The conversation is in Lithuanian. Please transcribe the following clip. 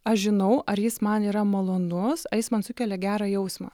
aš žinau ar jis man yra malonus ar jis man sukelia gerą jausmą